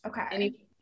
Okay